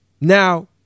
Now